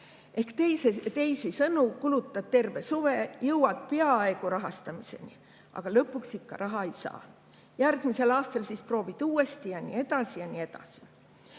Ehk teisisõnu: kulutad terve suve, jõuad peaaegu rahastamiseni, aga lõpuks ikka raha ei saa. Järgmisel aastal siis proovid uuesti ja nii edasi ja nii edasi.